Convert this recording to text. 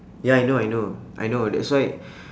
ya I know I know I know that's why